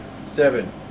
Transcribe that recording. seven